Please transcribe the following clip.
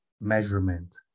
measurement